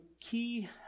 key